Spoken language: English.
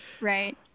Right